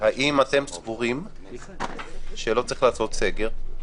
האם אתם סבורים שלא צריך לעשות סגר?